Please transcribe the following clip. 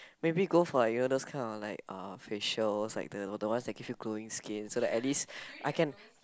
maybe go for like you know those kind of like uh facial likes the the one that give you glowing skin so that at least I can